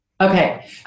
Okay